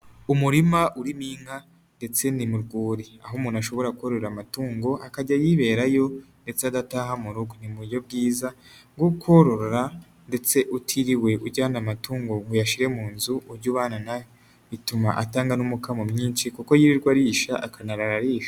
Umurima urimo inka ndetse ni mu rwuri, aho umuntu ashobora korora amatungo, akajya yiberayo, ndetse adataha mu rugo. Ni mu buryo bwiza bwo korora ndetse utiriwe ujyana amatungo ngo uyashyire mu nzu, ujye ubana nayo, bituma atanga n'umukamo mwinshi kuko yirirwa arisha, akanarara arisha.